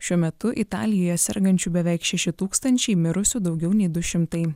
šiuo metu italijoje sergančių beveik šeši tūkstančiai mirusių daugiau nei du šimtai